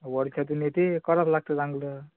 वर्षातून येते करावंच लागते चांगलं